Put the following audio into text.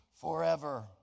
forever